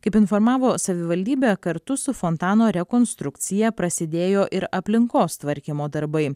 kaip informavo savivaldybė kartu su fontano rekonstrukcija prasidėjo ir aplinkos tvarkymo darbai